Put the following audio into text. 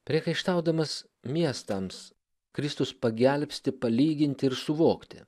priekaištaudamas miestams kristus pagelbsti palygint ir suvokti